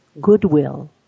goodwill